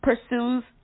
pursues